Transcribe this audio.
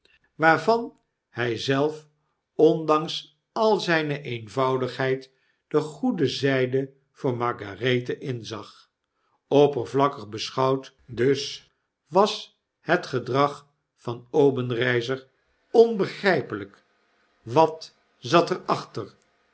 waarvan hjj zelf ondanks al zpe eenvoudigheid de goede zijde voor margarethe inzag oppervlakkig beschouwd dus was het gedrag van obenreizer onbegrijpelijk wat zat